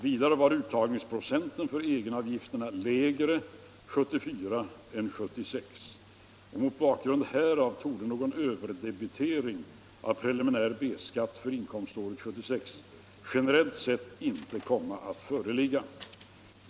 Vidare var uttagsprocenten för egenavgifterna lägre år 1974 än år 1976. Mot bakgrund härav torde någon överdebitering av preliminär B-skatt för inkomståret 1976 generellt sett inte komma att föreligga.